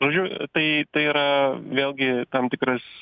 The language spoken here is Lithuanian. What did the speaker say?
žodžiu tai tai yra vėlgi tam tikras